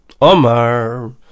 Omar